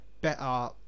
better